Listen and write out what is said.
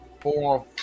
four